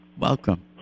Welcome